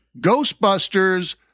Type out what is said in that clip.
Ghostbusters